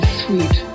sweet